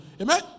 amen